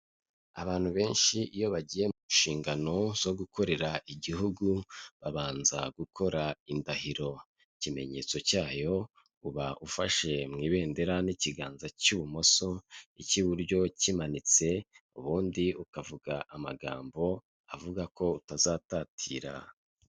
Abantu benshi iyo bagiye mu nshingano zo gukorera igihugu babanza gukora indahiro, ikimenyetso cyayo uba ufashe mu ibendera n'ikiganza cy'ibumoso, icy'iburyo kimanitse, ubundi ukavuga amagambo avuga ko utazatatira.